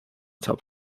top